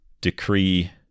decree